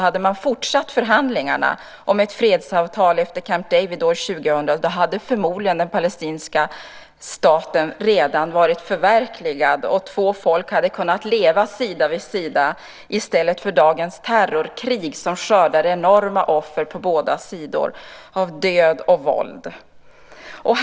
Hade man fortsatt förhandlingarna om ett fredsavtal efter Camp David år 2000 hade förmodligen den palestinska staten redan varit förverkligad, och två folk hade kunnat leva sida vid sida i stället för dagens terrorkrig som skördar enorma offer av död och våld på båda sidor.